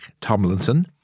Tomlinson